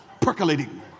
percolating